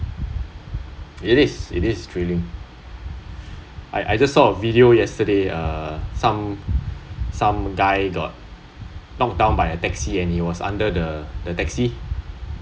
it is it is thrilling I I just saw a video yesterday err some some guy got knocked down by a taxi and he was under the the taxi